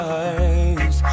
eyes